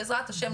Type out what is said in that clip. בעזרת השם,